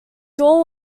jaw